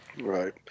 right